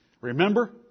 Remember